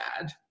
bad